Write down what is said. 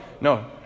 no